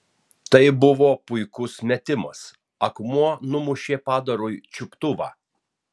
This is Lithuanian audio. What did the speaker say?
tai buvo puikus metimas akmuo numušė padarui čiuptuvą